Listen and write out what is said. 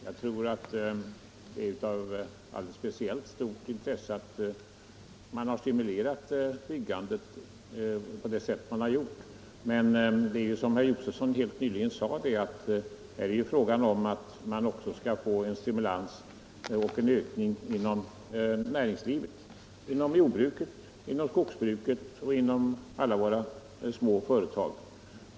Herr talman! Det är av speciellt stort intresse att man har stimulerat byggandet på sätt som skett. Men som herr Josefson sade är det här fråga om att man också skall kunna ge en stimulans åt näringslivet, åt jordbruket, skogsbruket och alla våra små företag.